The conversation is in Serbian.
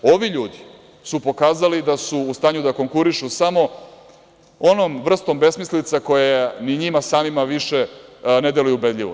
Ovi ljudi su pokazali da su u stanju da konkurišu samo onom vrstom besmislica koja ni njima samima više ne deluje ubedljivo.